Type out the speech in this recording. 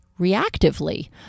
reactively